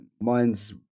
mine's